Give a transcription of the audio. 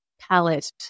palette